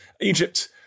Egypt